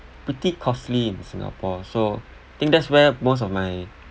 pretty costly in singapore so think that's where most of my